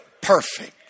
perfect